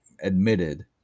admitted